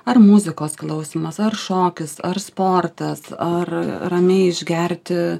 ar muzikos klausymas ar šokis ar sportas ar ramiai išgerti